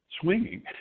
swinging